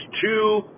two